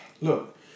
look